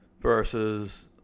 versus